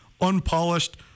unpolished